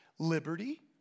Liberty